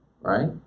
right